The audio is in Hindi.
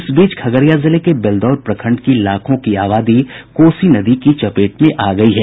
इस बीच खगड़िया जिले के बेलदौर प्रखंड की लाखों की आबादी कोसी नदी की चपेट में आ गयी है